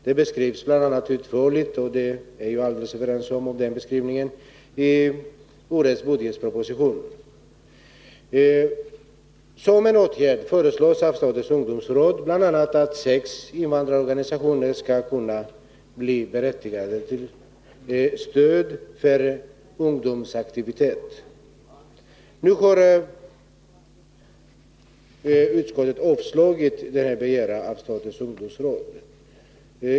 Den beskrivs bl.a. utförligt i årets budgetproposition. Och den beskrivningen är vi alla överens om. Statens ungdomsråd föreslår som en åtgärd att sex invandrarorganisationer skall kunna bli berättigade till stöd för ungdomsaktiviteter. Nu har utskottet avstyrkt denna begäran från statens ungdomsråd.